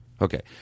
Okay